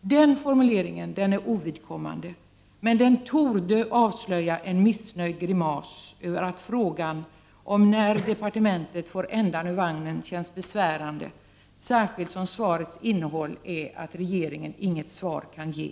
Den formuleringen är ovidkommande, men den torde avslöja en missnöjd grimas över att frågan om när departementet får ändan ur vagnen känns besvärande, särskilt som svarets innehåll är att regeringen inget svar kan ge.